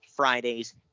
Fridays